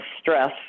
stress